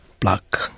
Black